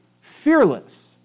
fearless